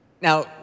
Now